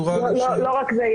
לא רק זה.